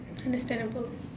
understandable